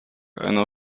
einer